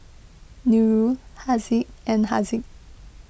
Nurul Haziq and Haziq